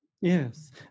Yes